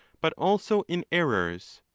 but also in errors.